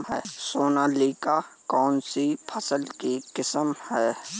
सोनालिका कौनसी फसल की किस्म है?